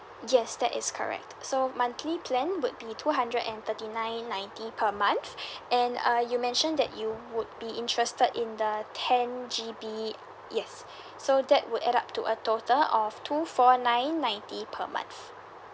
yes that is correct so monthly plan would be two hundred and thirty nine ninety per month and uh you mentioned that you would be interested in the ten G_B yes so that would add up to a total of two four nine ninety per month